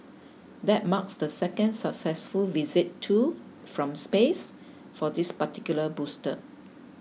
that marks the second successful visit to from space for this particular booster